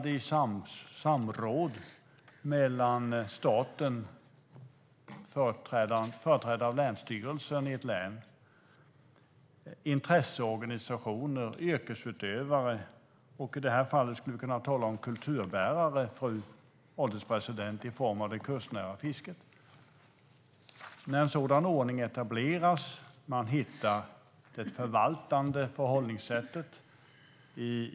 Det är en ordning som är etablerad i samråd mellan staten, företrädare för länsstyrelsen i ett län, intresseorganisationer och yrkesutövare - i det här fallet skulle vi kunna tala om kulturbärare, fru ålderspresident, i form av det kustnära fisket - och där man har ett förvaltande förhållningssätt.